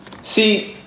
See